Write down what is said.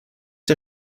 der